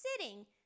sitting